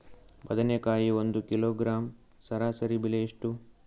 ಬದನೆಕಾಯಿ ಒಂದು ಕಿಲೋಗ್ರಾಂ ಸರಾಸರಿ ಬೆಲೆ ಎಷ್ಟು?